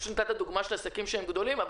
ונתת דוגמה של עסקים גדולים.